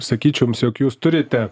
sakyčiau jums jog jūs turite